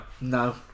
No